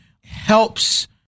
helps